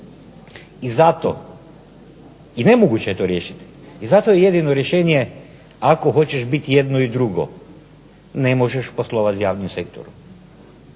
I zato i nemoguće je to riješiti i zato je jedino rješenje ako hoćeš biti jedno i drugo ne možeš poslovat s javnim sektorom.